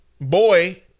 boy